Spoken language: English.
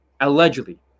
Allegedly